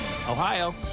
Ohio